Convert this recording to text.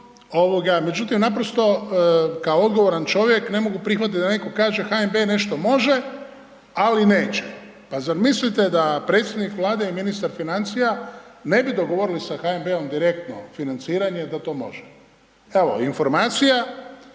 međutim, naprosto kao odgovoran čovjek ne mogu prihvatiti da netko kaže HNB nešto može, ali neće. Pa zar mislite da predsjednik Vlade i ministar financija ne bi dogovorili sa HNB-om direktno financiranje, da to može. Evo, informacija